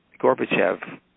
Gorbachev